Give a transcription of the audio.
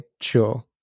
sure